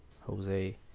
Jose